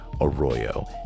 Arroyo